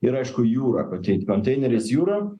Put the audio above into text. ir aišku jūra kontei konteineriais jūra